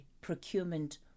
procurement